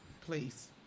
Please